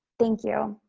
thank you.